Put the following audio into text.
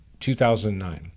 2009